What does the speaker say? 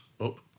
Up